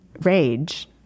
rage